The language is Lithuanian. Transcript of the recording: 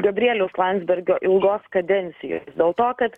gabrieliaus landsbergio ilgos kadencijos dėl to kad